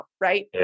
right